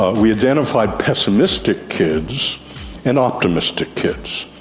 ah we identified pessimistic kids and optimistic kids,